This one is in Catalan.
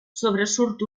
sobresurt